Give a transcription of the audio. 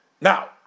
Now